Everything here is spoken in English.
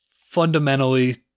fundamentally